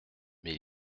mais